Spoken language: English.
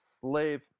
slave